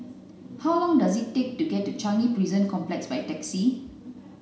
how long does it take to get to Changi Prison Complex by taxi